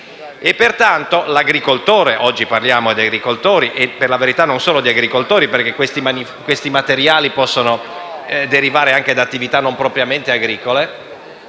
Pertanto gli agricoltori (oggi parliamo di agricoltori, ma per la verità non solo di loro, perché questi materiali possono derivare anche da attività non propriamente agricole)